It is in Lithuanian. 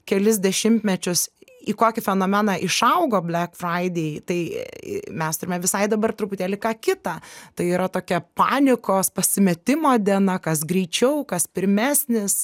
kelis dešimtmečius į kokį fenomeną išaugo blek fraidei tai mes turime visai dabar truputėlį ką kita tai yra tokia panikos pasimetimo diena kas greičiau kas pirmesnis